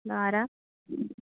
ഇതാരാണ്